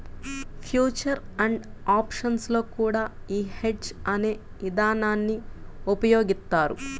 future and options లో కూడా యీ హెడ్జ్ అనే ఇదానాన్ని ఉపయోగిత్తారు